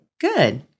Good